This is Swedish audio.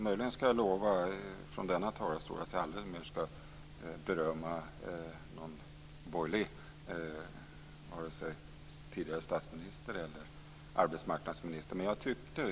Möjligen ska jag lova från denna talarstol att jag aldrig mer ska berömma någon borgerlig vare sig tidigare statsminister eller arbetsmarknadsminister.